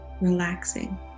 relaxing